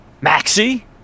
Maxie